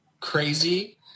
crazy